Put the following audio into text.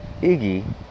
Iggy